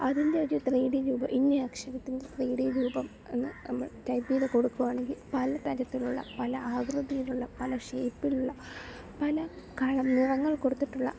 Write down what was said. അതിൻ്റെയൊക്കെ ത്രീഡി രൂപം ഇനി അക്ഷരത്തിൻ്റെ ത്രീഡി രൂപം എന്ന് നമ്മൾ ടൈപ്പ് ചെയ്തു കൊടുക്കുകയാണെങ്കിൽ പല തരത്തിലുള്ള പല ആകൃതിയിലുള്ള പല ഷേപ്പിലുള്ള പല കളർ നിറങ്ങൾ കൊടുത്തിട്ടുളള